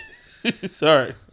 Sorry